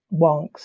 wonks